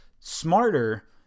Smarter